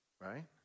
right